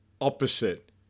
opposite